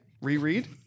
reread